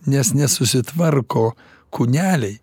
nes nesusitvarko kūneliai